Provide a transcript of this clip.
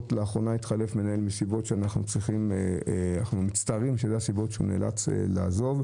לאחרונה התחלף מנהל מסיבות שאנחנו מצטערים שהן הסיבות שהוא נאלץ לעזוב.